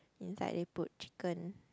inside they put chicken